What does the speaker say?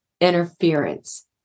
interference